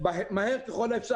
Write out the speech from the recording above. מהר ככל האפשר.